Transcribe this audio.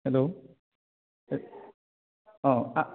hello अ औ